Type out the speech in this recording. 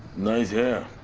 nice hair.